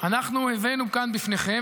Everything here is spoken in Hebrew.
אנחנו הבאנו כאן בפניכם,